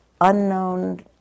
unknown